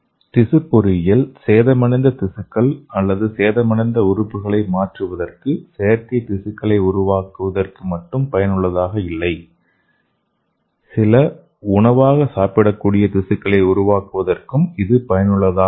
திசு பொறியியல் சேதமடைந்த திசுக்கள் அல்லது சேதமடைந்த உறுப்புகளை மாற்றுவதற்கு செயற்கை திசுக்களை உருவாக்குவதற்கு மட்டும் பயனுள்ளதாக இல்லை சில உணவாக சாப்பிடக்கூடிய திசுக்களை உருவாக்குவதற்கும் இது பயனுள்ளதாக இருக்கும்